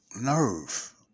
nerve